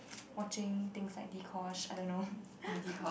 watching things like Dee-Kosh I don't know